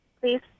please